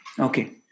Okay